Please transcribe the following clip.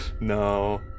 No